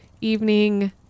evening